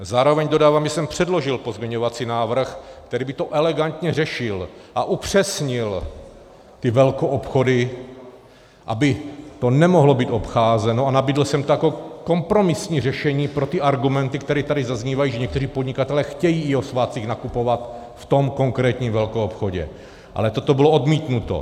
Zároveň dodávám, že jsem předložil pozměňovací návrh, který by to elegantně řešil a upřesnil ty velkoobchody, aby to nemohlo být obcházeno, a nabídl jsem kompromisní řešení pro ty argumenty, které tady zaznívají, že někteří podnikatelé chtějí o svátcích nakupovat v tom konkrétním velkoobchodě, ale toto bylo odmítnuto.